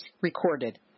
recorded